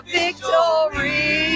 victory